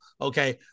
okay